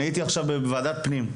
הייתי עכשיו בוועדת פנים.